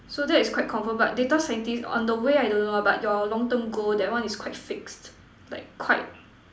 so that is quite confirm but data scientist on the way I don't know lah but your long term goal that one is quite fixed like quite